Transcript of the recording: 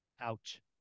Ouch